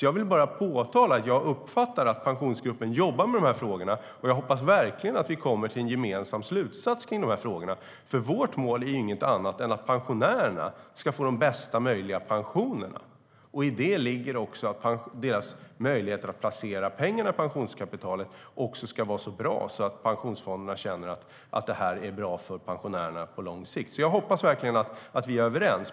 Jag vill bara påpeka att jag uppfattar att Pensionsgruppen jobbar med frågorna, och jag hoppas verkligen att vi kommer till en gemensam slutsats i frågorna. Vårt mål är inget annat än att pensionärerna ska få de bästa möjliga pensionerna. I det ligger också att deras möjligheter att placera pengarna i pensionskapitalet också ska vara så bra att pensionsfonderna känns bra för pensionärerna på lång sikt. Jag hoppas verkligen att vi är överens.